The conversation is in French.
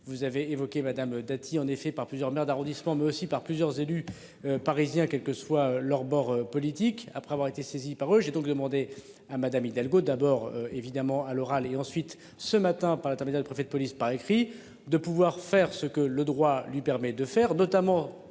Vous avez évoqué madame Dati en effet par plusieurs maires d'arrondissement mais aussi par plusieurs élus. Parisiens, quel que soit leur bord politique après avoir été saisi par eux j'ai donc demandé à madame Hidalgo, d'abord évidemment à l'oral et ensuite ce matin par l'intermédiaire, le préfet de police par écrit de pouvoir faire ce que le droit lui permet de faire notamment